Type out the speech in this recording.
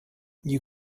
you